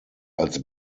als